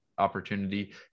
opportunity